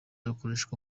rukoreshwa